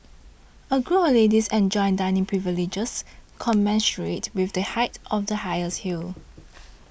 a group of ladies enjoys dining privileges commensurate with the height of the highest heel